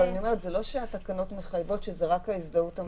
אבל אני אומרת: זה לא שהתקנות מחייבות שזה רק ההזדהות הממשלתית החכמה?